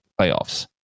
playoffs